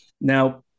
Now